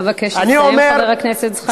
אבקש לסיים, חבר הכנסת זחאלקה.